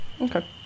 Okay